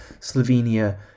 Slovenia